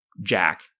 Jack